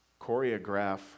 choreograph